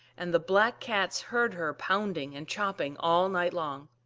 and the black cats heard her pounding and chopping all night long.